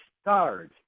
start